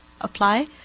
apply